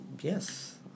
Yes